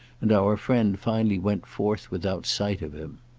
and our friend finally went forth without sight of him.